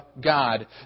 God